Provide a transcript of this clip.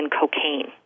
cocaine